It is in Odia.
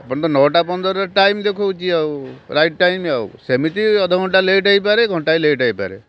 ଆପଣ ତ ନଅଟା ପନ୍ଦରରେ ଟାଇମ୍ ଦେଖାଉଛି ଆଉ ରାଇଟ୍ ଟାଇମ୍ ଆଉ ସେମିତି ଅଧଘଣ୍ଟା ଲେଟ୍ ହୋଇପାରେ ଘଣ୍ଟାଏ ଲେଟ୍ ହୋଇପାରେ